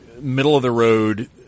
middle-of-the-road